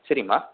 சரிம்மா